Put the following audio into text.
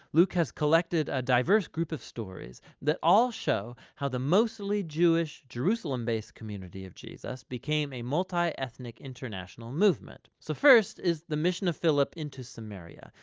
luke has collected a diverse group of story that all show how the mostly jewish, jerusalem-based, community of jesus became a multi-ethnic international movement. so first is the mission of philip into samaria.